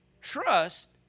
trust